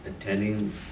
attending